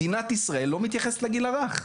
מדינת ישראל לא מתייחסת לגיל הרך.